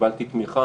קיבלתי תמיכה,